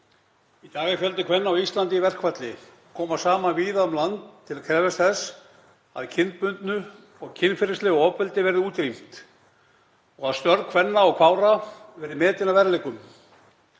Í dag er fjöldi kvenna á Íslandi í verkfalli og kemur saman víða um land til að krefjast þess að kynbundnu og kynferðislegu ofbeldi verði útrýmt og að störf kvenna og kvára verði metin að verðleikum.